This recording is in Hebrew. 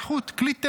לנסחות, כלי טכני,